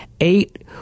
eight